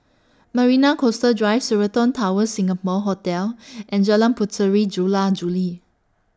Marina Coastal Drive Sheraton Towers Singapore Hotel and Jalan Puteri Jula Juli